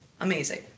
amazing